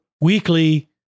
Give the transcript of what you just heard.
weekly